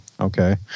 okay